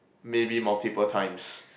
maybe multiple times